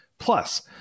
Plus